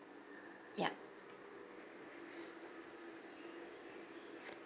yup